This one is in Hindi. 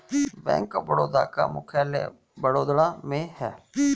बैंक ऑफ बड़ौदा का मुख्यालय वडोदरा में है